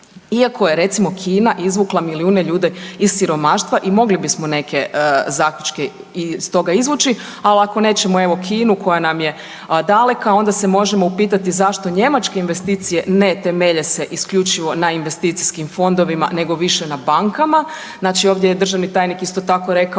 iako je recimo Kina izvukla milijuna ljudi iz siromaštva i mogli bismo neke zaključke iz toga izvući, ali ako nećemo evo Kinu koja nam je daleka onda se možemo upitati zašto njemačke investicije ne temelje se isključivo na investicijskih fondovima nego više na bankama. Znači ovdje je državni tajnik isto tako rekao